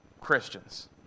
Christians